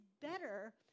better